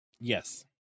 Yes